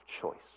choice